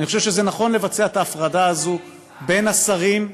אני חושב שזה נכון לבצע את ההפרדה הזאת בין השרים,